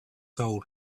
soul